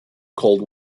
cold